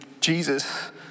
Jesus